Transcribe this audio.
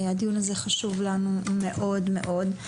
הדיון הזה חשוב לנו מאוד מאוד.